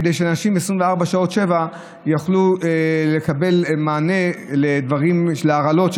כדי שאנשים 24/7 יוכלו לקבל מענה למקרי הרעלות,